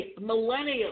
millennials